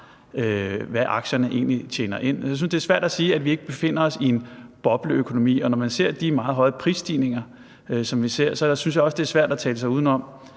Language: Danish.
hvad aktierne egentlig tjener ind. Jeg synes, det er svært at sige, at vi ikke befinder os i en bobleøkonomi, og når man ser de meget høje prisstigninger, som der er, synes jeg